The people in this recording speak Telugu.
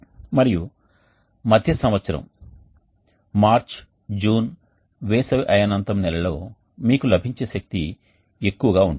మరియు మధ్య సంవత్సరం మార్చి జూన్ వేసవి అయనాంతం నెలలో మీకు లభించే శక్తి ఎక్కువగా ఉంటుంది